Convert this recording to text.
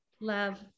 love